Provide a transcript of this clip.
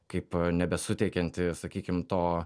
kaip nebesuteikianti sakykim to